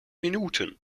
minuten